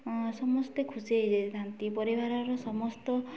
ସମସ୍ତେ ଖୁସି ହୋଇଯାଇଥାନ୍ତି